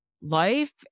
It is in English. life